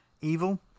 Evil